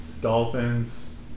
Dolphins